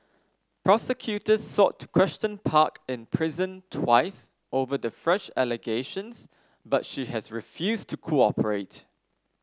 prosecutors sought to question Park in prison twice over the fresh allegations but she has refused to cooperate